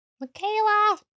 Michaela